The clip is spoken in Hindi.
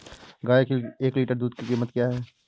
गाय के एक लीटर दूध की कीमत क्या है?